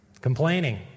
Complaining